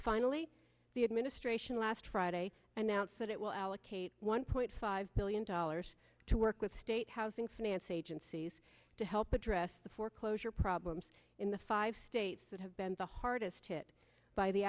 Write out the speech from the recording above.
finally the administration last friday and now its that it will allocate one point five billion dollars to work with state housing finance agencies to help address the foreclosure problems in the five states that have been the hardest hit by the